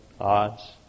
odds